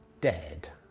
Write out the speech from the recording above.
dead